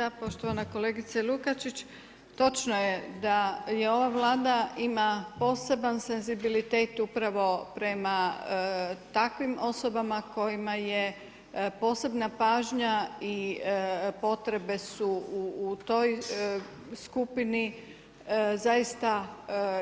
Da poštovana kolegice LUkačić, točno je da ova Vlada ima poseban senzibilitet upravo prema takvim osobama kojima je posebna pažnja i potrebe su u toj skupini zaista